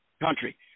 country